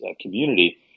community